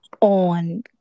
on